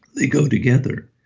they go together.